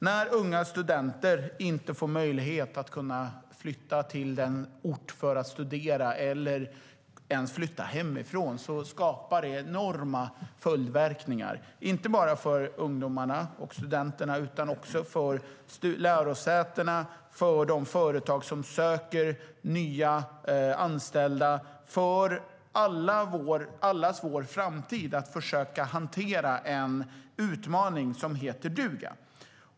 När unga och studenter inte får möjlighet att flytta till en ort för att studera eller ens kan flytta hemifrån får det enorma följdverkningar, inte bara för ungdomarna och studenterna utan också för lärosätena, för de företag som söker nya anställda och för allas vår framtid. Att försöka hantera detta är en utmaning som heter duga.